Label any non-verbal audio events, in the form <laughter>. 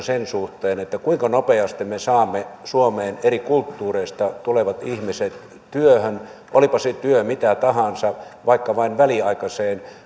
<unintelligible> sen suhteen kuinka nopeasti me saamme suomeen eri kulttuureista tulevat ihmiset työhön olipa se työ mitä tahansa vaikka vain väliaikaiseen